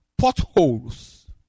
potholes